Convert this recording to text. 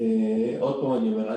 עוד פעם אני אומר.